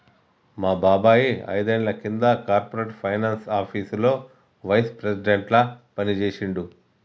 మా బాబాయ్ ఐదేండ్ల కింద కార్పొరేట్ ఫైనాన్స్ ఆపీసులో వైస్ ప్రెసిడెంట్గా పనిజేశిండు